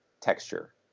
texture